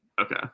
Okay